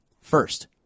First